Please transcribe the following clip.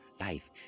life